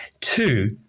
Two